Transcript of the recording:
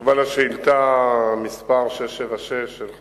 לבטל את חוזה הזיכיון.